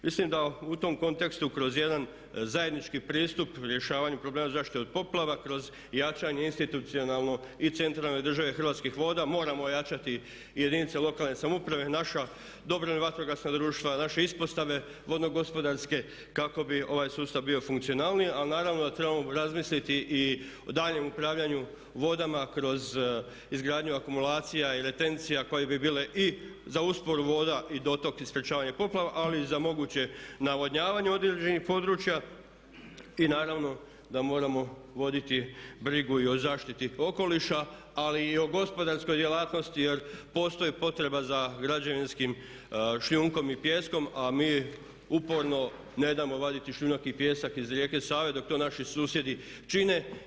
Mislim da u tom kontekstu kroz jedan zajednički pristup u rješavanju problema zaštite od poplava kroz jačanje institucionalno i centralne države i Hrvatskih voda, moramo jačati i jedinice lokalne samouprave i naša dobrovoljna vatrogasna društva, naše ispostave vodo gospodarske kako bi ovaj sustav bio funkcionalniji ali naravno da trebamo razmisliti o daljnjem upravljanju vodama kroz izgradnju akumulacija i detencija koje bi bile i za uporu voda i dotok i sprečavanje poplava ali i za moguće navodnjavanje određenih područja i naravno da moramo voditi brigu i o zaštiti okoliša, ali i o gospodarskoj djelatnosti jer postoji potreba za građevinskim šljunkom i pijeskom, a mi uporno ne damo vaditi šljunak i pijesak iz rijeke Save dok to naši susjedi čine.